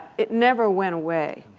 it never went away.